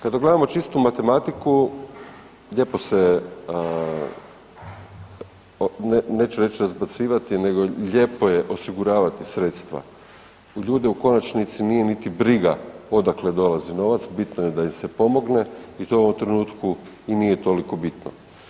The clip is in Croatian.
Kada gledamo čistu matematiku lijepo se, neću reć razbacivati, nego lijepo je osiguravati sredstva, ljude u konačnici nije niti briga odakle dolazi novac, bitno je da im se pomogne i to u ovom trenutku i nije toliko bitno.